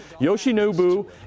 Yoshinobu